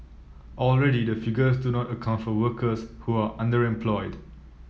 already the figures do not account for workers who are underemployed